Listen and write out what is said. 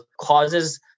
causes